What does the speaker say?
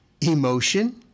emotion